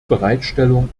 bereitstellung